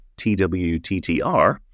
TWTTR